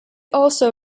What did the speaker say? also